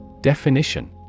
Definition